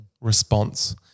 response